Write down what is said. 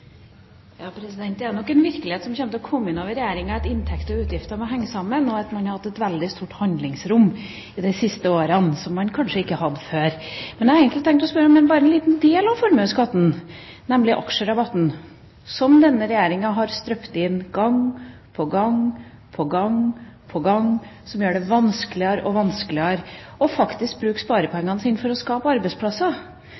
nok en virkelighet som kommer til å komme innover Regjeringa, at inntekter og utgifter må henge sammen, og at man har hatt et veldig stort handlingsrom de siste åra som man kanskje ikke har hatt før. Men jeg har egentlig tenkt å spørre om bare en liten del av formuesskatten, nemlig aksjerabatten, som denne regjeringa har strupt gang på gang på gang på gang, som gjør det vanskeligere og vanskeligere å bruke